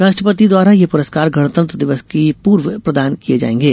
राष्ट्रपति द्वारा यह पुरस्कार गणतंत्र दिवस के पूर्व प्रदान किये जायेंगे